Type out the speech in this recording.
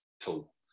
tool